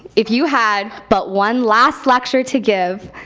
if you had but one last lecture to give,